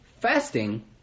fasting